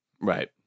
Right